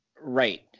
right